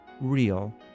Real